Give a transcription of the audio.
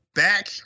back